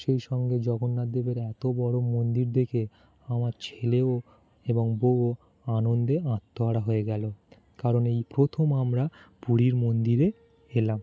সেই সঙ্গে জগন্নাথদেবের এতো বড়ো মন্দির দেখে আমার ছেলেও এবং বউও আনন্দে আত্মহারা হয়ে গেলো কারণ এই প্রথম আমরা পুরীর মন্দিরে এলাম